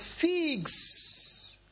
figs